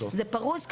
זה פרוס,